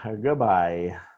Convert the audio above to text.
Goodbye